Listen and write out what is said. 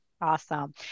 Awesome